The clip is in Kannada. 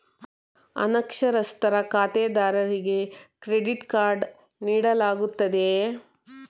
ಅನಕ್ಷರಸ್ಥ ಖಾತೆದಾರರಿಗೆ ಕ್ರೆಡಿಟ್ ಕಾರ್ಡ್ ನೀಡಲಾಗುತ್ತದೆಯೇ?